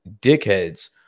dickheads